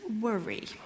worry